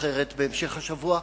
אחרת בהמשך השבוע.